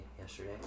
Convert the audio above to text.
yesterday